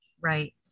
right